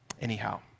Anyhow